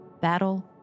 battle